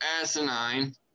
asinine